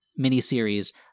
miniseries